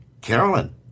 Carolyn